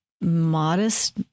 modest